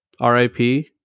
RIP